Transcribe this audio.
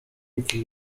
iki